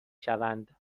شوند